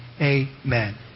Amen